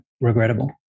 regrettable